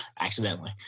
accidentally